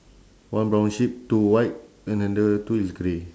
one brown sheep two white and then the two is grey